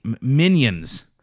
minions